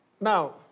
Now